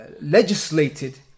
legislated